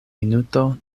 minuto